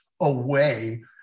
away